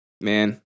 Man